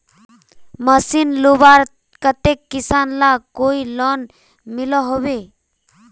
Machine लुबार केते किसान लाक कोई लोन मिलोहो होबे?